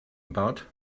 about